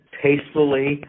tastefully